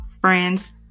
friends